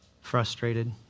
frustrated